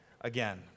again